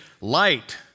light